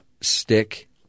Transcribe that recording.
stick